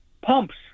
pumps